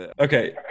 Okay